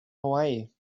hawaii